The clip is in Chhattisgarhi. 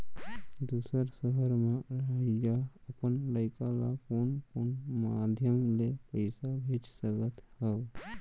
दूसर सहर म रहइया अपन लइका ला कोन कोन माधयम ले पइसा भेज सकत हव?